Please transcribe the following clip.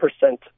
percent